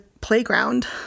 playground